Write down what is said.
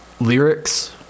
lyrics